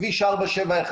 כביש 471,